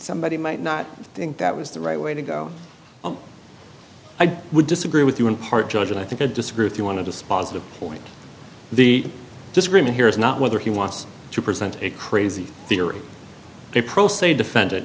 somebody might not think that was the right way to go i would disagree with you in part judge and i think i disagree if you want to dispositive point the disagreement here is not whether he wants to present a crazy theory a pro se defendant